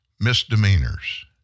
misdemeanors